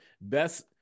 best